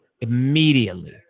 immediately